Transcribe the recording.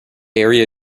area